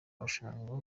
amarushanwa